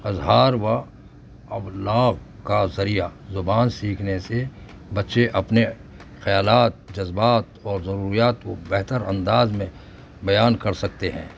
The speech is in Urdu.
اظہار و ابلاغ کا ذریعہ زبان سیکھنے سے بچے اپنے خیالات جذبات اور ضروریات کو بہتر انداز میں بیان کر سکتے ہیں